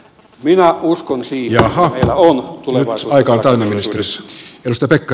minä uskon siihen että meillä on tulevaisuutta telakkateollisuudessa